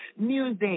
music